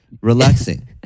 Relaxing